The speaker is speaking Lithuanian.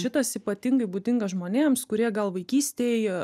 šitas ypatingai būdingas žmonėms kurie gal vaikystėj